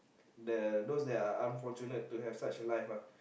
the those that are unfortunate to have such a life uh